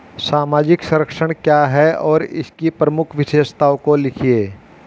सामाजिक संरक्षण क्या है और इसकी प्रमुख विशेषताओं को लिखिए?